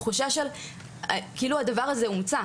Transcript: תחושה של כאילו הדבר הזה הומצא,